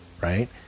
right